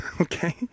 okay